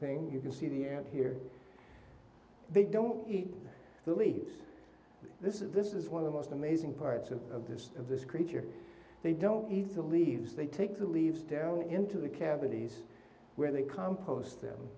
thing you can see the ant here they don't eat the leaves this is this is one of the most amazing parts of this of this creature they don't need to leave they take the leaves down into the cavities where they compost them